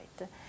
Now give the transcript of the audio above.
right